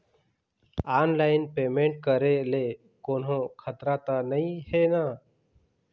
Online payment करे ले कोन्हो खतरा त नई हे न?